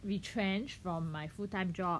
retrenched from my full-time job